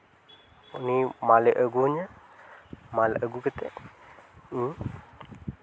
ᱩᱱᱤ ᱢᱟᱞᱮ ᱟᱹᱜᱩ ᱤᱧᱟᱹ ᱢᱟᱞ ᱟᱹᱜᱩ ᱠᱟᱛᱮᱫ ᱤᱧ